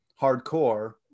hardcore